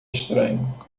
estranho